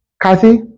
kathy